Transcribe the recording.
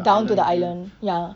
down to the island ya